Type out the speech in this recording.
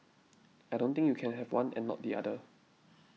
I don't think you can have one and not the other